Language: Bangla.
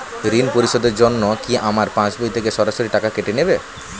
ঋণ পরিশোধের জন্য কি আমার পাশবই থেকে সরাসরি টাকা কেটে নেবে?